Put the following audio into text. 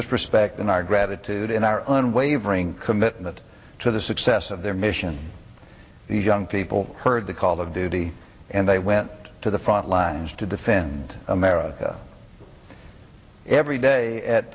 respect and our gratitude and our own wavering commitment to the success of their mission the young people heard the call of duty and they went to the front lines to defend america every day at